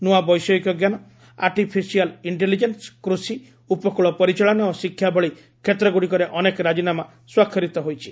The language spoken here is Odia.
ନୂଆ ବୈଷୟିକଜ୍ଞାନ ଆର୍ଟିଫିସିଆଲ୍ ଇଞ୍ଜେଲିଜେନ୍ବ କୃଷି ଉପକୂଳ ପରିଚାଳନା ଓ ଶିକ୍ଷା ଭଳି କ୍ଷେତ୍ରଗୁଡ଼ିକରେ ଅନେକ ରାଜିନାମା ସ୍ୱାକ୍ଷରିତ ହୋଇଛି